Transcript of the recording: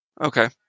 Okay